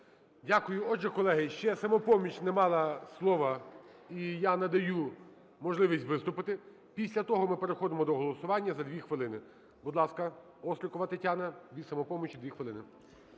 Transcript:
Дякую. Отже, колеги, ще "Самопоміч" не мала слово, і я надаю можливість виступити, після того ми переходимо до голосування за дві хвилини. Будь ласка, Острікова Тетяна, від "Самопомочі", дві хвилини.